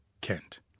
Kent